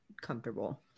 comfortable